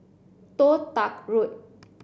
Toh Tuck Road